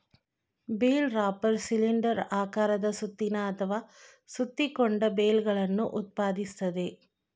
bale wrapper cylinder ಆಕಾರದ ಸುತ್ತಿನ ಅಥವಾ ಸುತ್ತಿಕೊಂಡ ಬೇಲ್ಗಳನ್ನು ಉತ್ಪಾದಿಸ್ತದೆ